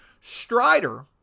Strider